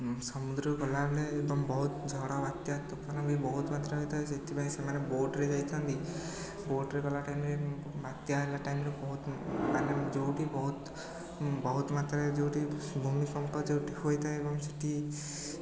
ସମୁଦ୍ରକୁ ଗଲାବେଳେ ଏବଂ ବହୁତ ଝଡ଼ ବାତ୍ୟା ତୋଫାନ ବି ବହୁତ ମାତ୍ରାରେ ହୋଇଥାଏ ସେଥିପାଇଁ ସେମାନେ ବୋଟ୍ରେ ଯାଇଥାନ୍ତି ବୋଟ୍ରେ ଗଲା ଟାଇମ୍ରେ ବାତ୍ୟା ହେଲା ଟାଇମ୍ରେ ବହୁତ ମାନେ ଯେଉଁଠି ବହୁତ ବହୁତ ମାତ୍ରାରେ ଯେଉଁଠି ଭୂମିକମ୍ପ ଯେଉଁଠି ହୋଇଥାଏ ଏବଂ ସେଠି